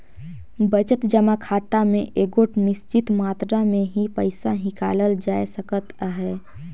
बचत जमा खाता में एगोट निच्चित मातरा में ही पइसा हिंकालल जाए सकत अहे